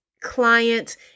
client